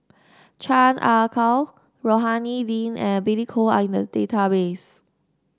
Chan Ah Kow Rohani Din and Billy Koh are in the database